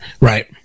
Right